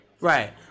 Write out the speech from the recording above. Right